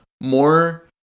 more